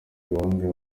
bamwe